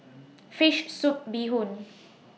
Fish Soup Bee Hoon